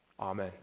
Amen